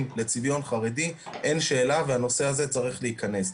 לצביון חרדי אין שאלה והנושא הזה צריך להכנס.